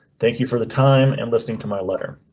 thank you for the time and listening to my letter.